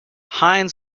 hines